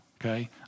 Okay